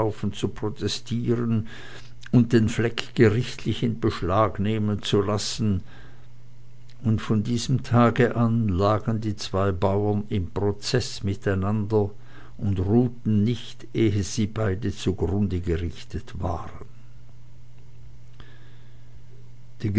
zu protestieren und den fleck gerichtlich in beschlag nehmen zu lassen und von diesem tage an lagen die zwei bauern im prozeß miteinander und ruhten nicht ehe sie beide zugrunde gerichtet waren